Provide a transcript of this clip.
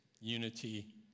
unity